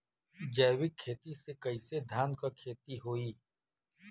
जैविक खेती से कईसे धान क खेती होई?